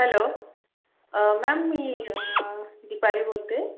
hello ma'am मी दीपाली बोलते